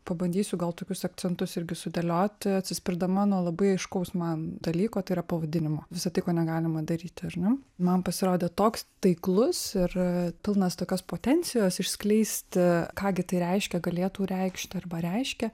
pabandysiu gal tokius akcentus irgi sudėlioti atsispirdama nuo labai aiškaus man dalyko tai yra pavadinimo visa tai ko negalima daryti ar ne man pasirodė toks taiklus ir pilnas tokios potencijos išskleisti ką gi tai reiškia galėtų reikšti arba reiškia